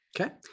Okay